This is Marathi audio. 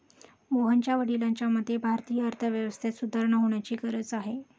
मोहनच्या वडिलांच्या मते, भारतीय अर्थव्यवस्थेत सुधारणा होण्याची गरज आहे